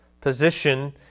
position